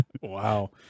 Wow